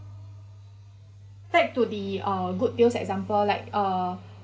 take to the uh good deals for example like uh